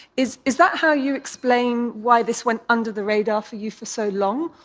is is that how you explain why this went under the radar for you for so long?